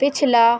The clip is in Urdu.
پچھلا